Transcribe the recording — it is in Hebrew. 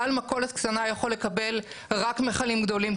בעל מכולת קטנה יכול לקבל רק מכלים גדולים,